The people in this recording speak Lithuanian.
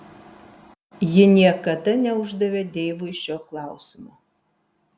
ji niekada neuždavė deivui šio klausimo